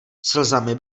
slzami